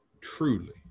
truly